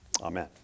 Amen